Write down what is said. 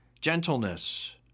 gentleness